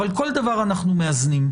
אבל כל דבר אנחנו מאזנים.